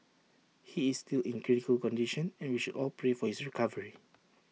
he is still in critical condition and we should all pray for his recovery